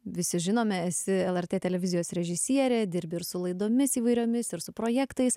visi žinome esi lrt televizijos režisierė dirbi ir su laidomis įvairiomis ir su projektais